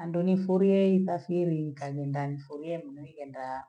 Ando nifuriye hii tashinijui nikanenda anifulie mi nilenda